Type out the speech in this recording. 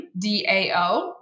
DAO